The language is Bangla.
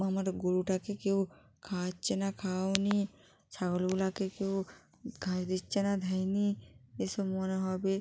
আমার গোরুটাকে কেউ খাওয়াচ্ছে না খাওয়ায়নি ছাগলগুলোকে কেউ খাইয়ে দিচ্ছে না দেয়নি এ সব মনে হবে